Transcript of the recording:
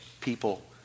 people